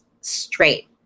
straight